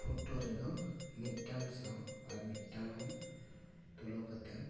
photo ᱨᱮᱫᱚ ᱢᱤᱫᱴᱟᱱ ᱥᱟᱶ ᱟᱨ ᱢᱤᱫᱴᱟᱱ ᱦᱚᱸᱢ ᱛᱩᱞᱟᱹᱣ ᱠᱟᱛᱮᱫ ᱮᱢ